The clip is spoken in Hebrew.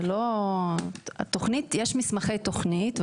בתוכנית יש מסמכי תוכנית,